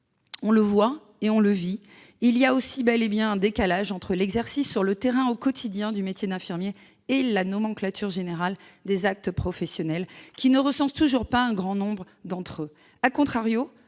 On le voit et on le vit, il existe bel et bien un décalage entre l'exercice, sur le terrain, au quotidien, du métier d'infirmier et la nomenclature générale des actes professionnels, qui ne recense toujours pas un grand nombre d'entre eux.,